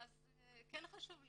אז כן חשוב לי.